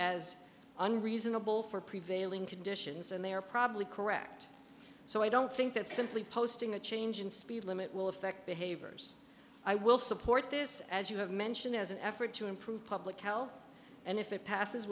as an reasonable for prevailing conditions and they are probably correct so i don't think that simply posting the change in speed limit will affect behaviors i will support this as you have mentioned as an effort to improve public health and if it passes